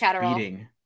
beating